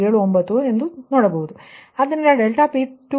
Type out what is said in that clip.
ಆದ್ದರಿಂದ∆P2ನೀವು 0